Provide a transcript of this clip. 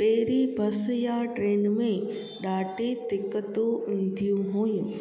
पहिरीं बस या ट्रेन में ॾाढी दिक़तू ईंदियूं हुयूं